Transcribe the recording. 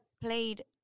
played